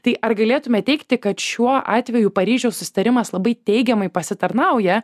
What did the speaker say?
tai ar galėtume teigti kad šiuo atveju paryžiaus susitarimas labai teigiamai pasitarnauja